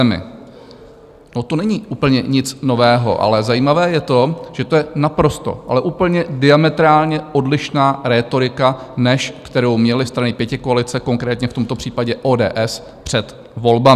No, to není úplně nic nového, ale zajímavé je to, že to je naprosto, ale úplně diametrálně odlišná rétorika, než kterou měly strany pětikoalice, konkrétně v tomto případě ODS, před volbami.